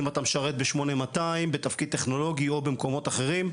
אם אתה משרת ב8200 בתפקיד טכנולוגי הוא במקומות אחרים,